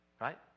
Right